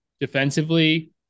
defensively